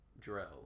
Drill